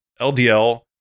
LDL